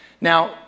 Now